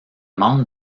membres